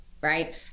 right